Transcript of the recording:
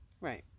Right